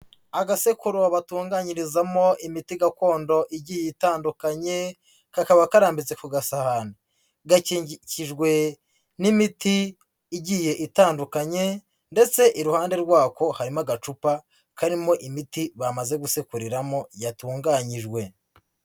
Agasekuru batunganyirizamo imiti gakondo igiye itandukanye, kakaba karambitse ku gasahani, gakikijwe n'imiti igiye itandukanye ndetse iruhande rwako harimo agacupa karimo imiti bamaze gusekuriramo yatunganyijwe.